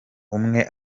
umwe